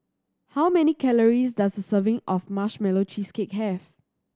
how many calories does a serving of Marshmallow Cheesecake have